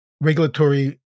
regulatory